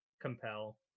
compel